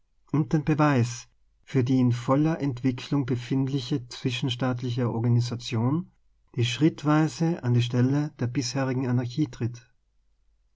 und den beweis für die in voller entwicklung befind liehe zwischenstaatliche organisation die schrittweise an die stelle der bisherigen anarchie tritt